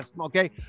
Okay